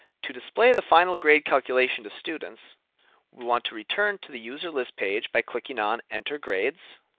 to display the final grade calculation to students, we want to return to the user list page by clicking on enter grades.